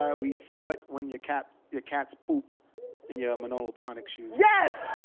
um we fought when your cats your cats pooped in your manolo blahnik shoes. yes,